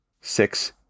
six